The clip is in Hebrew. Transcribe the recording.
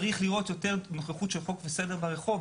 צריך לראות יותר נוכחות של חוק וסדר ברחוב.